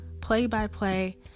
play-by-play